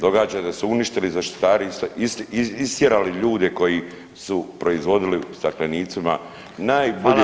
Događa se da su uništili zaštitari istjerali ljude koji su proizvodili u staklenicima, najbolje u